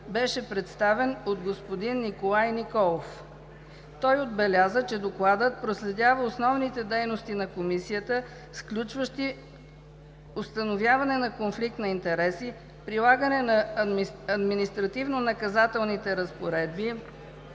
беше представен от господин Николай Николов. Той отбеляза, че докладът проследява основните дейности на Комисията, сключващи установяване на конфликт на интереси, прилагане на административно-наказателните разпоредби,